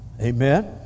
Amen